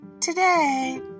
Today